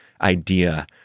idea